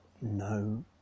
no